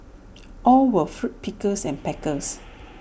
all were fruit pickers and packers